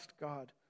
God